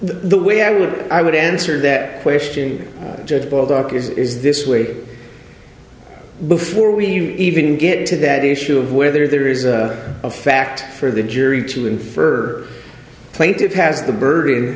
the way i would i would answer that question just boiled up is this way before we even get to that issue of whether there is a fact for the jury to infer plaintive has the burden